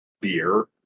Beer